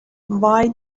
why